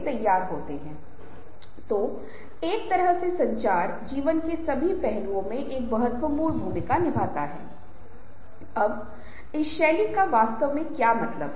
समूह निर्णय लेने की चर्चा में आम तौर पर संचार के सबसे प्रभावी रूपों को देखना शामिल होता है जो समूहों को निर्णय लेने में मदद करता है अक्सर क्योंकि समूहों का एक निर्धारित कार्य उद्देश्य या मतलब होता है